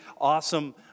awesome